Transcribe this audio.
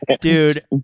Dude